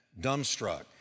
dumbstruck